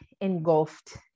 engulfed